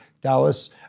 Dallas